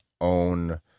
own